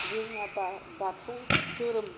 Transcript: जोंना बाथौ धोरोम